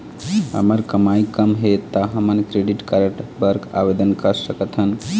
हमर कमाई कम हे ता हमन क्रेडिट कारड बर आवेदन कर सकथन?